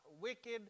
wicked